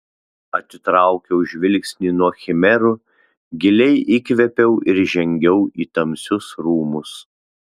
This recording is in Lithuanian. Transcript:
atitraukiau žvilgsnį nuo chimerų giliai įkvėpiau ir žengiau į tamsius rūmus